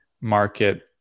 market